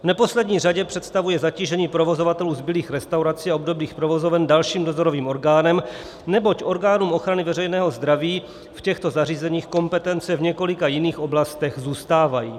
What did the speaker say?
V neposlední řadě představuje zatížení provozovatelů zbylých restaurací a obdobných provozoven dalším dozorovým orgánem, neboť orgánům ochrany veřejného zdraví v těchto zařízeních kompetence v několika jiných oblastech zůstávají.